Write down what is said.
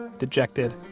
dejected,